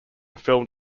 film